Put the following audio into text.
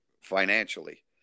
financially